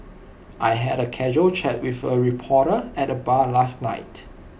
I had A casual chat with A reporter at the bar last night